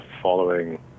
following